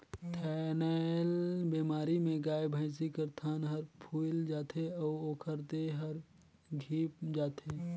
थनैल बेमारी में गाय, भइसी कर थन हर फुइल जाथे अउ ओखर देह हर धिप जाथे